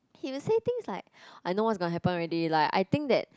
he just said things like I know what gonna happen already like I think that